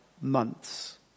months